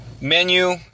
menu